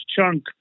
chunk